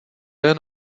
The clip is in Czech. jen